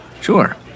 Sure